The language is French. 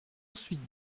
ensuite